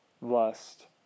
lust